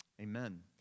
amen